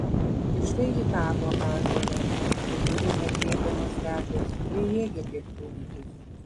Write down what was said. ir štai ji kabo ąžuole vidury neaprėpiamos stepės bejėgė kaip kūdikis